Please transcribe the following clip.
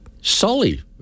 Sully